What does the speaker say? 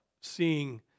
seeing